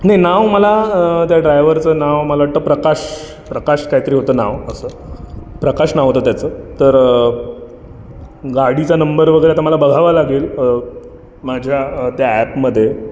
नाही नाव मला त्या ड्रायवरचं नाव मला वाटतं प्रकाश प्रकाश काहीतरी होतं नाव असं प्रकाश नाव होतं त्याचं तर गाडीचा नंबर वगैरे आता मला बघावा लागेल माझ्या त्या अॅपमध्ये